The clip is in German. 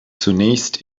zunächst